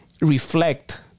reflect